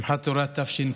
שמחת תורה תשפ"ד.